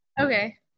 Okay